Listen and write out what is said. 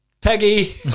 Peggy